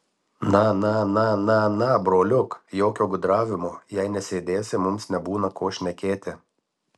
na na na na na broliuk jokio gudravimo jei nesėdėsi mums nebūna ko šnekėti